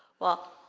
well,